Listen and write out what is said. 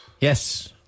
Yes